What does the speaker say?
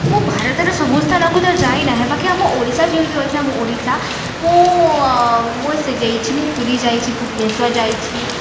ମୁଁ ଭାରତର ସବୁ ସ୍ଥାନକୁ ତ ଯାଇନାହିଁ ବାକି ଆମ ଓଡ଼ିଶା ଯେହେତୁ ଅଛି ଆମ ଓଡ଼ିଶା ମୁଁ ମୁଁ ସେ ଯାଇଛି ମୁଁ ପୁରୀ ଯାଇଛି ଭୁବନେଶ୍ୱର ଯାଇଛି